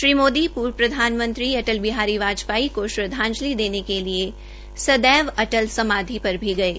श्री मोदी पूर्व प्रधानमंत्री अटल बिहारी वाजपेयी को श्रद्वाजंलि देने के लिये सदैव अटल समाधि पर भी गये